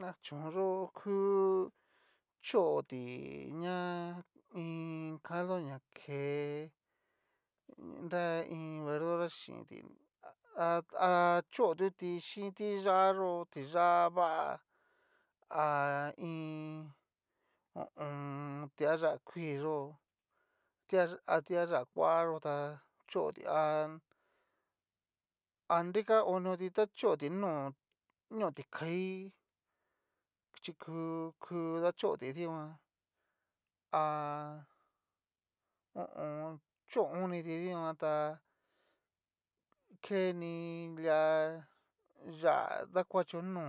Ha chón yó ku choti ña iin caldo ña ke ña iin verdura xinti, ha ha chotuxi xin tiyá yó'o tiyá va a iin ho o on. tiayá kui yó a tiayá kuayo tá choti ha nrika onio ti ta choti nó ñotikai chi ku kudachoti dikan ha ho o on. chó oniti dikan tá, keni lia yá'a dakuacho no